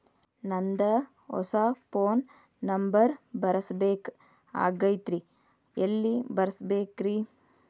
ನಂದ ಹೊಸಾ phone number ಬರಸಬೇಕ್ ಆಗೈತ್ರಿ ಎಲ್ಲೆ ಬರಸ್ಬೇಕ್ರಿ?